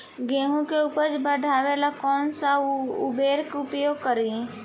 गेहूँ के उपज बढ़ावेला कौन सा उर्वरक उपयोग करीं?